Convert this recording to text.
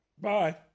Bye